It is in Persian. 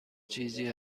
چیزی